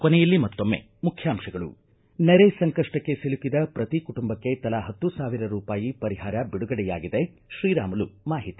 ಕೊನೆಯಲ್ಲಿ ಮತ್ತೊಮ್ಮೆ ಮುಖ್ಯಾಂತಗಳು ನೆರೆ ಸಂಕಷ್ಟಕ್ಕೆ ಸಿಲುಕಿದ ಪ್ರತಿ ಕುಟುಂಬಕ್ಕೆ ತಲಾ ಹತ್ತು ಸಾವಿರ ರೂಪಾಯಿ ಪರಿಹಾರ ಬಿಡುಗಡೆಯಾಗಿದೆ ಶ್ರೀರಾಮುಲು ಮಾಹಿತಿ